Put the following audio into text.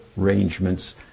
arrangements